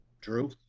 Drew